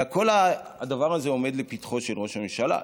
וכל הדבר הזה עומד לפתחו של ראש הממשלה,